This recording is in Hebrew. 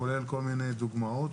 כולל כל מיני דוגמאות,